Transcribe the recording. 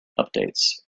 updates